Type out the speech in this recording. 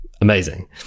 amazing